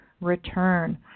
return